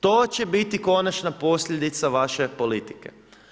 To će biti konačna posljedica vaše politike.